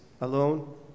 alone